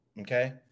Okay